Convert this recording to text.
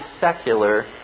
secular